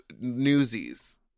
Newsies